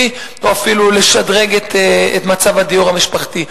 או אפילו לשדרג את מצב הדיור המשפחתי.